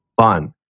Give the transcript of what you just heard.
fun